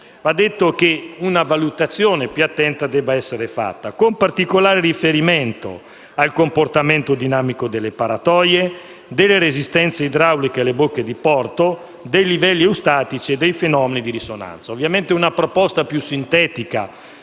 va detto che una valutazione più attenta debba essere fatta con particolare riguardo al comportamento dinamico delle paratoie, delle resistenze idrauliche alle bocche di porto, dei livelli eustatici e dei fenomeni di risonanza.